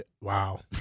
Wow